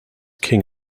king